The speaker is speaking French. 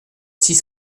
six